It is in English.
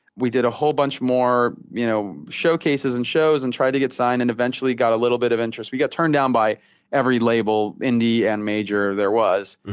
we did a whole bunch more, you know, showcases and shows, and tried to get signed, and eventually got a little bit of interest. we got turned down by every label indie and major there was,